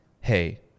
hey